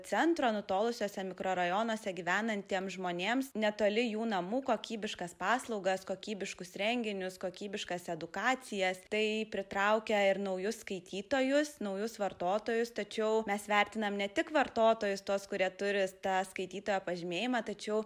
centro nutolusiuose mikrorajonuose gyvenantiems žmonėms netoli jų namų kokybiškas paslaugas kokybiškus renginius kokybiškas edukacijas tai pritraukia ir naujus skaitytojus naujus vartotojus tačiau mes vertinam ne tik vartotojus tuos kurie turi tą skaitytojo pažymėjimą tačiau